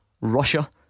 Russia